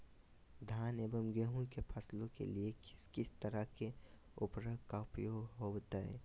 धान एवं गेहूं के फसलों के लिए किस किस तरह के उर्वरक का उपयोग होवत है?